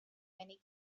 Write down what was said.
many